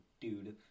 dude